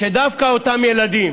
שדווקא אותם ילדים